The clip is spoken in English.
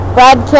Brad